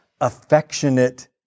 affectionate